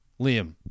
Liam